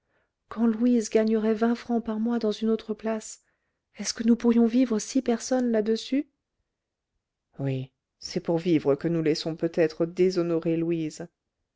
quand louise gagnerait vingt francs par mois dans une autre place est-ce que nous pourrions vivre six personnes là-dessus oui c'est pour vivre que nous laissons peut-être déshonorer louise